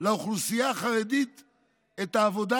לאוכלוסייה החרדית את העבודה,